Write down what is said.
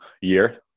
year